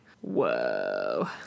Whoa